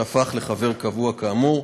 שהפך לחבר קבוע כאמור.